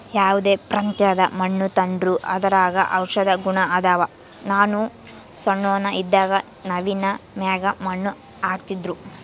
ಯಾವ್ದೇ ಪ್ರಾಂತ್ಯದ ಮಣ್ಣು ತಾಂಡ್ರೂ ಅದರಾಗ ಔಷದ ಗುಣ ಅದಾವ, ನಾನು ಸಣ್ಣೋನ್ ಇದ್ದಾಗ ನವ್ವಿನ ಮ್ಯಾಗ ಮಣ್ಣು ಹಾಕ್ತಿದ್ರು